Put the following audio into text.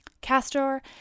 Castor